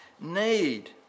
need